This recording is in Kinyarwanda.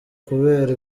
kubera